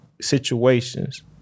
situations